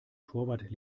torwart